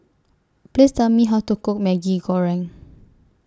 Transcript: Please Tell Me How to Cook Maggi Goreng